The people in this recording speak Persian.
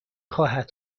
خواهد